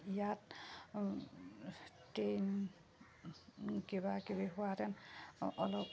ইয়াত ট্ৰেইন কিবা কিবি হোৱাহেঁতেন অলপ